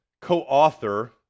Co-author